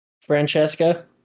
Francesca